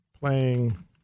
playing